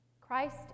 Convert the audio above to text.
Christ